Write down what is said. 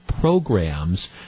programs